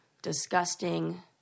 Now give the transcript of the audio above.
disgusting